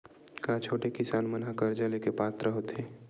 का छोटे किसान मन हा कर्जा ले के पात्र होथे?